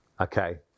Okay